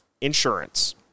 insurance